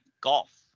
golf